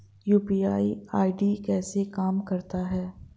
UPI ID कैसे काम करता है?